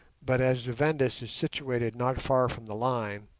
but as zu-vendis is situated not far from the line,